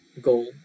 goal